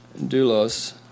doulos